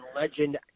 Legend